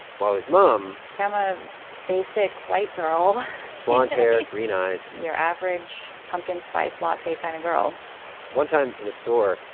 while his mom. i'm a basic white girl blond hair, green eyes your average pumpkin spice latte kind of girl one time in a store,